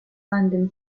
london